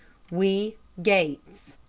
we gates.